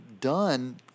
done